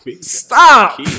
Stop